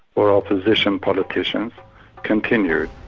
or opposition politicians continued.